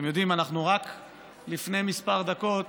אתם יודעים, רק לפני כמה דקות